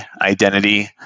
identity